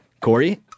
Corey